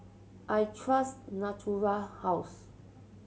I trust Natura House